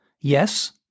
Yes